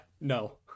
no